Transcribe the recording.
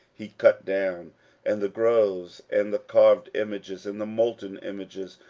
he cut down and the groves, and the carved images, and the molten images,